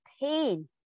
pain